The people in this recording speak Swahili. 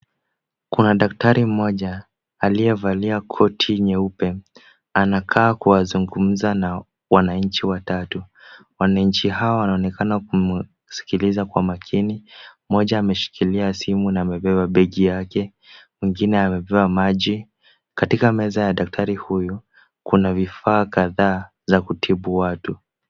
Kuna daktari mmoja aliyevalia koti nyeupe. Anakaa kuzungumza na wananchi watatu. Wananchi hawa wanaonekana kumsikiliza kwa makini. Mmoja ameshikilia simu na amebeba begi yake. Mwingine amebeba maji. Katika meza ya daktari huyo kuna vifaa kadhaa za kutibu watu.